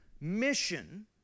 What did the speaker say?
mission